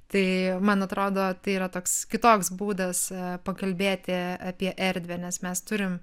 tai man atrodo tai yra toks kitoks būdas pakalbėti apie erdvę nes mes turim